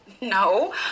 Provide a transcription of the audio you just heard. no